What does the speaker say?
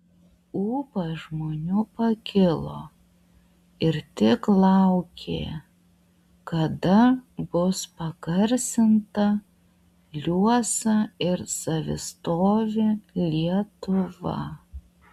ūpas žmonių pakilo ir tik laukė kada bus pagarsinta liuosa ir savistovi lietuva